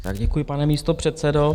Tak děkuji, pane místopředsedo.